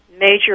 major